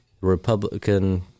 Republican